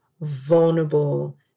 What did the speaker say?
vulnerable